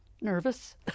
Nervous